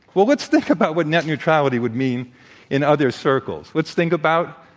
well, let's think about what net neutrality would mean in other circles. let's think about,